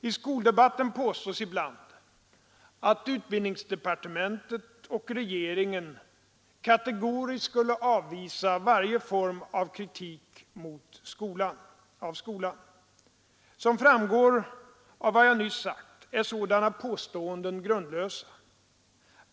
I skoldebatten påstås ibland att utbildningsdepartementet och regeringen kategoriskt skulle avvisa varje kritik av skolan. Som framgår av vad jag nyss sagt är sådana påståenden grundlösa.